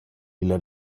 illa